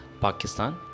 Pakistan